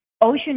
Ocean